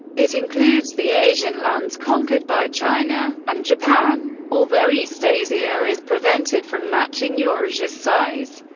it includes the asian lands conquered by china and japan. although eastasia is prevented from matching eurasia's size,